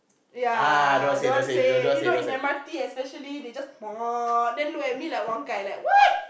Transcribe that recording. ya don't want say you know in M_R_T especially they just then look at me like like what